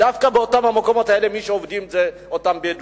דווקא באותם המקומות האלה מי שעובדים זה אותם בדואים,